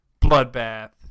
Bloodbath